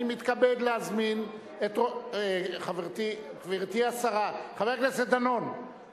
(מחיאות כפיים) אני